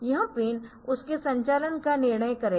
यह पिन उस के संचालन का निर्णय करेगा